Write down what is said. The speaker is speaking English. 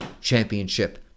Championship